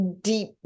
deep